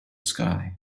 sky